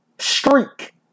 streak